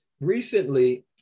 recently